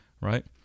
right